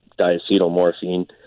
diacetylmorphine